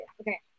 Okay